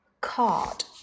Card